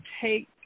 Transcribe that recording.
take